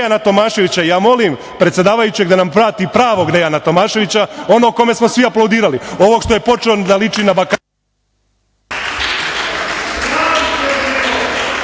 Dejana Tomaševića. Ja molim predsedavajućeg da nam vrati pravog Dejana Tomaševića, onog kome smo svi aplaudirali. Ovog što je počeo da liči na